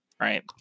right